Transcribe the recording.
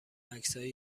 عکسهای